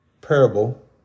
parable